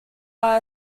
are